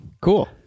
Cool